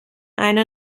einer